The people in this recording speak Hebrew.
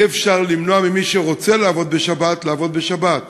אי-אפשר למנוע ממי שרוצה לעבוד בשבת לעבוד בשבת.